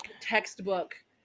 textbook